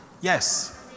yes